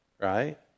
right